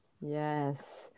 Yes